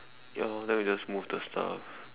ya lor then we just move the stuff